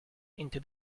into